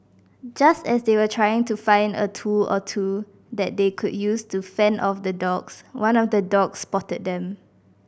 just as they were trying to find a tool or two that they could use to fend off the dogs one of the dogs spotted them